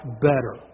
better